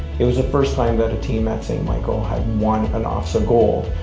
it was the first time that a team at st michael had won an ofsaa gold,